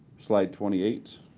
slide twenty eight.